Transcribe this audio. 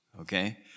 okay